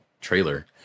trailer